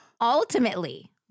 Ultimately